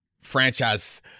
franchise